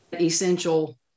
essential